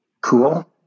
cool